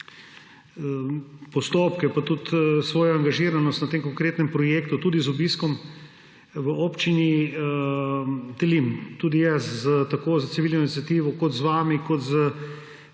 postopke in tudi svojo angažiranost na tem konkretnem projektu, tudi z obiskom v občini, delim tudi jaz s civilno iniciativo, z vami in s